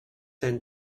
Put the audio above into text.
than